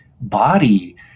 body